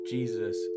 Jesus